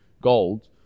gold